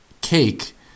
cake